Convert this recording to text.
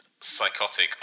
psychotic